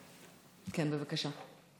כן, בבקשה.